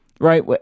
right